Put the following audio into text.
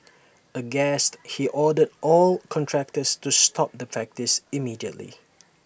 aghast he ordered all contractors to stop the practice immediately